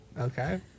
Okay